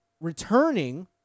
returning